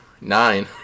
Nine